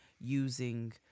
using